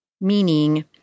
meaning